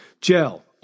Gel